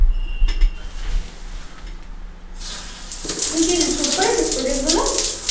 তুই কি শুরু করেছিস প্রোজেক্টগুলো